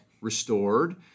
Restored